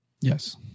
yes